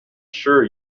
sure